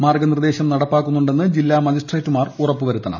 മാർഗ്ഗ നിർദ്ദേശം നടപ്പിലാക്കുന്നുണ്ടെന്ന് ജില്ലാ മജിസ്ട്രേറ്റുമാർ ഉറപ്പ് വരുത്തണം